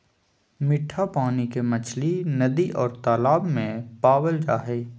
मिट्ठा पानी के मछली नदि और तालाब में पावल जा हइ